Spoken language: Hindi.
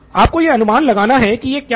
आपको यह अनुमान लगाना है कि यह क्या है